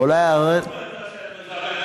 ואולי, אולמרט אשם בזה, הממשלה,